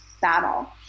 battle